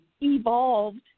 evolved